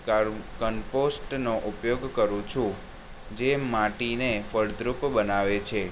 કાળું કમ્પોસ્ટનો ઉપયોગ કરું છું જે માટીને ફળદ્રુપ બનાવે છે